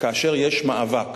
כאשר יש מאבק,